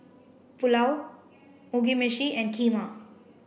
Pulao Mugi Meshi and Kheema